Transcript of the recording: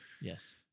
Yes